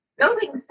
Building